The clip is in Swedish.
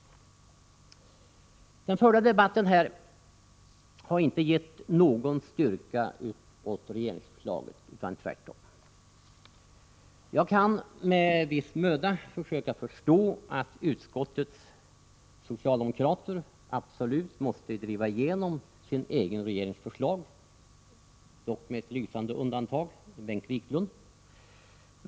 Den förda debatten här har inte gett någon styrka åt regeringsförslaget utan tvärtom. Jag kan med viss möda försöka förstå att utskottets socialdemokrater absolut måste driva igenom en egen regerings förslag, dock med ett lysande undantag i Bengt Wiklund.